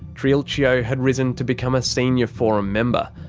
triulcio had risen to become a senior forum member.